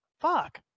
Fuck